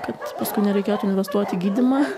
kad paskui nereikėtų investuot į gydymą